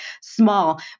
small